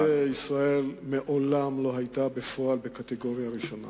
בפועל מדינת ישראל מעולם לא היתה בקטגוריה הראשונה